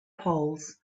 poles